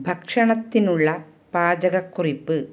ഭക്ഷണത്തിനുള്ള പാചകക്കുറിപ്പ്